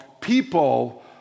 people